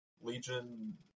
Legion